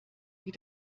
die